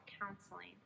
counseling